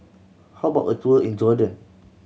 how about a tour in Jordan